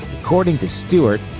according to stewart,